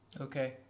Okay